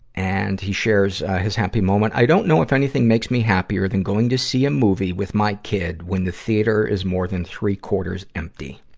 and he shares, ah, his happy moment i don't know if anything makes me happier than going to see a movie with my kid when the theater is more that's three-quarters empty.